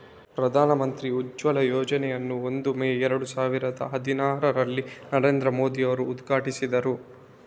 ಪ್ರಧಾನ ಮಂತ್ರಿ ಉಜ್ವಲ ಯೋಜನೆಯನ್ನು ಒಂದು ಮೇ ಏರಡು ಸಾವಿರದ ಹದಿನಾರರಲ್ಲಿ ನರೇಂದ್ರ ಮೋದಿ ಅವರು ಉದ್ಘಾಟಿಸಿದರು